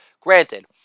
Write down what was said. Granted